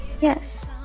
Yes